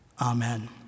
Amen